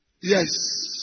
Yes